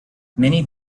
many